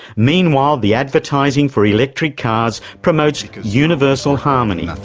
meanwhile, the advertising for electric cars promotes universal harmony.